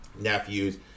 nephews